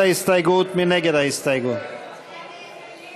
ההסתייגות של קבוצת סיעת המחנה הציוני (מיכל בירן) לסעיף תקציבי